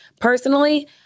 personally